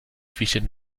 vision